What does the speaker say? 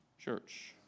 church